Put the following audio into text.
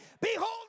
Behold